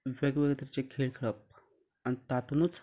वेगवेगळे तरेचे खेळ खेळप आनी तातुंतूच